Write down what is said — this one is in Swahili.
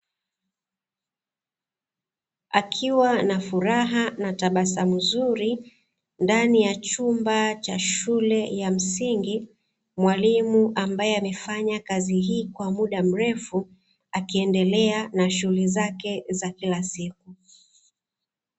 Akiwa na furaha na tabasamu nzuri ndani ya chumba cha shule ya msingi, mwalimu ambaye amefanya kazi hii kwa muda mrefu, akiendelea na shughuli zake za kila siku.